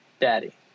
daddy